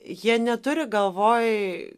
jie neturi galvoj